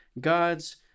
God's